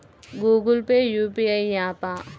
Google Pay UPI య్యాపా?